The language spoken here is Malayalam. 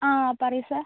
ആ പറയൂ സർ